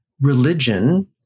religion